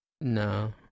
No